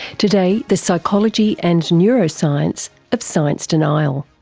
today, the psychology and neuroscience of science denial.